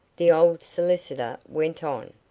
the old solicitor went on